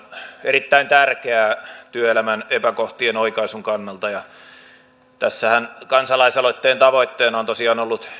erittäin tärkeää työelämän epäkohtien oikaisun kannalta tämän kansalaisaloitteen tavoitteenahan on tosiaan ollut